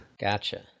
Gotcha